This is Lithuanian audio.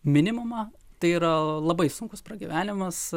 minimumą tai yra labai sunkus pragyvenimas